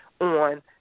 on